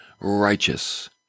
righteous